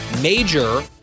major